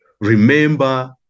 Remember